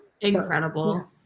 Incredible